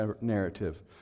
narrative